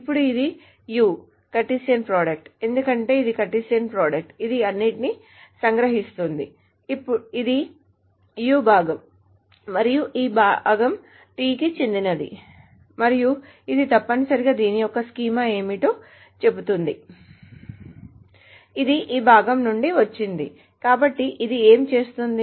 ఇప్పుడు ఇది u cartesian product ఎందుకంటే ఇది కార్టెసియన్ ప్రోడక్ట్ ఇది అన్నింటినీ సంగ్రహిస్తుంది ఇది u భాగం మరియు ఈ భాగం t కి చెందినది మరియు ఇది తప్పనిసరిగా దీని యొక్క స్కీమా ఏమిటో చెబుతోంది ఇది ఈ భాగం నుండి వచ్చింది కాబట్టి ఇది ఏమి చేస్తోంది